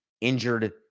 injured